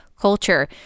culture